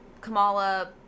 Kamala